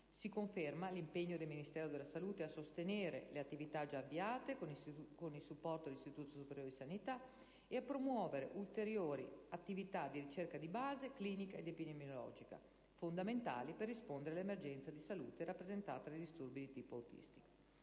si conferma l'impegno del Ministero della salute a sostenere le attività già avviate con il supporto dell'Istituto superiore di sanità e a promuovere ulteriori attività di ricerca di base, clinica ed epidemiologica, fondamentali per rispondere all'emergenza di salute rappresentata dai disturbi di tipo autistico.